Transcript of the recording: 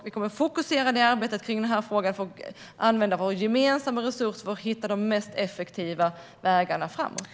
Vi kommer att fokusera arbetet med den här frågan på att använda våra gemensamma resurser för att hitta de effektivaste vägarna framåt.